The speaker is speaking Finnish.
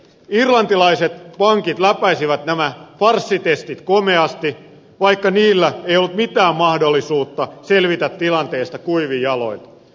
irlantilaiset pankit läpäisivät nämä farssitestit komeasti vaikka niillä ei ollut mitään mahdollisuutta selvitä tilanteesta kuivin jaloin